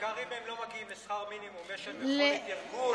בעיקר אם הם לא מגיעים לשכר מינימום יש להם יכולת ארגון.